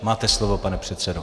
Máte slovo, pane předsedo.